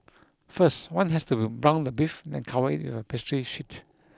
first one has to be brown the beef then cover it with a pastry sheet